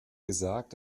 gesagt